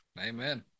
Amen